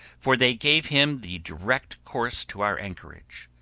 for they gave him the direct course to our anchorage.